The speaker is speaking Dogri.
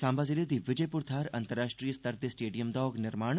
सांबा जिले दी विजयपुर थाह्र अंतर्राष्ट्री स्तर दे स्टेडियम दा होग निर्माण